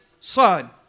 Son